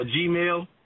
Gmail